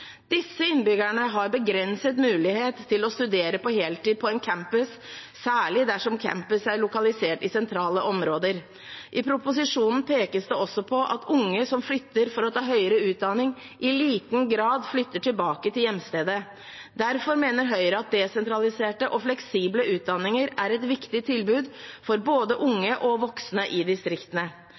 Disse innbyggerne har begrenset mulighet til å studere på heltid på en campus, særlig dersom campus er lokalisert i sentrale områder. I proposisjonen pekes det også på at unge som flytter for å ta høyere utdanning, i liten grad flytter tilbake til hjemstedet. Derfor mener Høyre at desentraliserte og fleksible utdanninger er et viktig tilbud for både unge og voksne i distriktene.